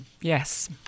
Yes